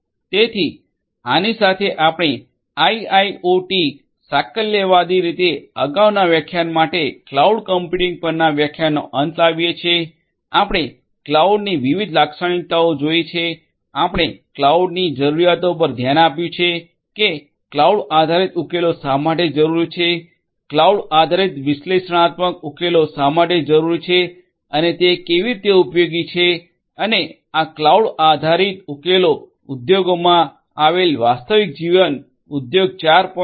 તેથી આની સાથે આપણે આઇઆઇઓટી સાકલ્યવાદી રીતે અગાઉના વ્યાખ્યાન માટે ક્લાઉડ કમ્પ્યુટિંગ પરના વ્યાખ્યાનનો અંત લાવીએ છીએ આપણે ક્લાઉડની વિવિધ લાક્ષણિકતાઓ જોઇ છે આપણે ક્લાઉડની જરૂરિયાતો પર ધ્યાન આપ્યું છે કે ક્લાઉડ આધારિત ઉકેલો શા માટે જરૂરી છે ક્લાઉડ આધારિત વિશ્લેષણાત્મક ઉકેલો શા માટે જરૂરી છે અને તે કેવી રીતે ઉપયોગી છે અને આ ક્લાઉડ આધારિત ઉકેલો ઉદ્યોગોમાં આવેલી વાસ્તવિક જીવન ઉદ્યોગ 4